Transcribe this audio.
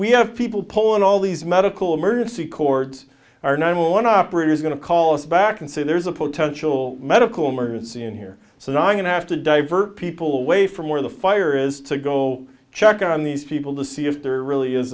we have people pulling all these medical emergency cords our nine eleven operators going to call us back and say there's a potential medical emergency in here so i'm going to have to divert people away from where the fire is to go check on these people to see if there really is